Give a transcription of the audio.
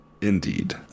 Indeed